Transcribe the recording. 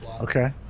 Okay